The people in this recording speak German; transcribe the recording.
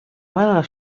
meiner